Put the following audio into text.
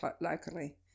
locally